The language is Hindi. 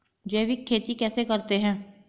जैविक खेती कैसे करते हैं?